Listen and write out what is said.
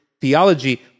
theology